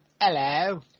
Hello